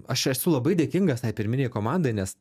aš esu labai dėkingas tai pirminei komandai nes